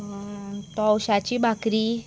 तवशाची भाकरी